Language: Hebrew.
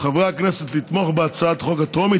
מחברי הכנסת לתמוך בהצעת החוק הטרומית.